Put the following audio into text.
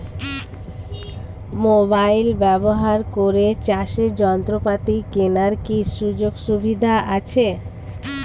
Mobile ব্যবহার করে চাষের যন্ত্রপাতি কেনার কি সুযোগ সুবিধা আছে?